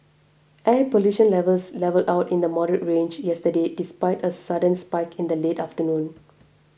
air pollution levels levelled out in the moderate range yesterday despite a sudden spike in the late afternoon